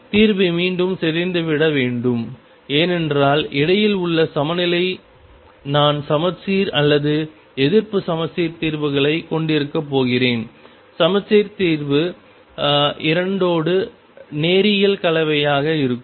தீர்வு மீண்டும் சிதைந்துவிட வேண்டும் ஏனென்றால் இடையில் உள்ள சமநிலை நான் சமச்சீர் அல்லது எதிர்ப்பு சமச்சீர் தீர்வுகளைக் கொண்டிருக்கப் போகிறேன் சமச்சீர் தீர்வு இரண்டோடு நேரியல் கலவையாக இருக்கும்